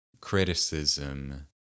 criticism